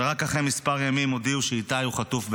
ורק אחרי כמה ימים הודיעו שאיתי חטוף בעזה.